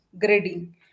grading